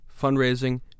fundraising